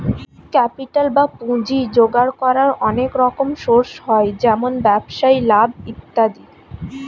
capital বা পুঁজি জোগাড় করার অনেক রকম সোর্স হয়, যেমন ব্যবসায় লাভ ইত্যাদি